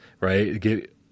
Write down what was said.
right